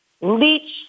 Leach